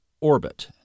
orbit